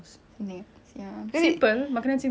like it's cause tak mahal